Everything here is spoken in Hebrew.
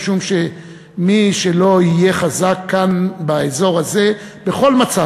משום שמי שלא יהיה חזק כאן באזור הזה בכל מצב,